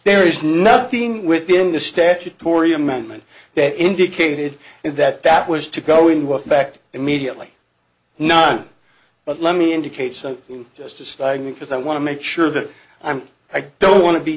there is nothing within the statutory amendment that indicated that that was to go into effect immediately not but let me indicate so just to stagnate because i want to make sure that i'm i don't want to be